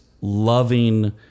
loving